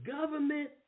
government